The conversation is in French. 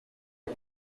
est